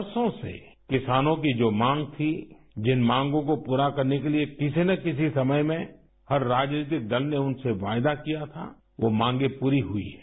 बरसों से किसानों की जो माँग थी जिन मांगो को प्रा करने के लिए किसी न किसी समय में हर राजनीतिक दल ने उनसे वायदा किया था वो मांगे पूरी हुई हैं